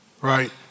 right